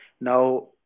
Now